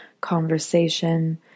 conversation